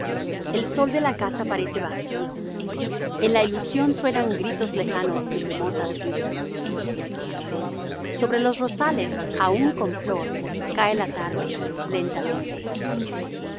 el sol de la casa parece vacío en la ilusión suenan gritos lejanos y remotas risas sobre los rosales aún con flor cae la tarde lentamente